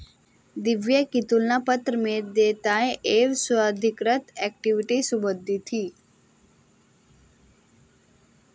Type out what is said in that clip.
दिव्या के तुलन पत्र में देयताएं एवं स्वाधिकृत इक्विटी सूचीबद्ध थी